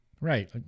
right